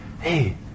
Hey